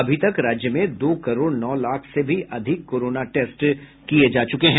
अभी तक राज्य में दो करोड़ नौ लाख से भी अधिक कोरोना टेस्ट किए जा चुके हैं